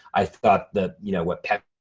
i thought that you know what pepsi